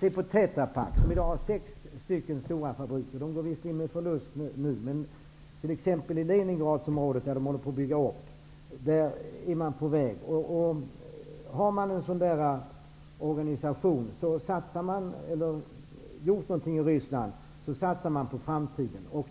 Se på Tetra Pak, som i dag har 6 stora fabriker. De går visserligen med förlust nu, men i Leningradsområdet, där man håller på att sätta upp verksamheten, är man på god väg. Om man har gjort någonting i Ryssland satsar man på framtiden.